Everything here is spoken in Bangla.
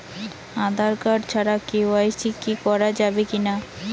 আঁধার কার্ড ছাড়া কে.ওয়াই.সি করা যাবে কি না?